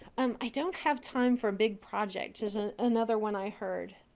um i don't have time for a big project is ah another one i heard.